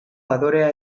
adorea